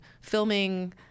filming